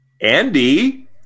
Andy